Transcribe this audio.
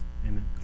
Amen